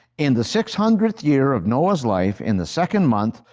in the six hundredth year of noah's life, in the second month,